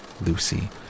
Lucy